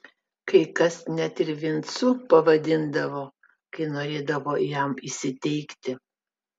kai kas net ir vincu pavadindavo kai norėdavo jam įsiteikti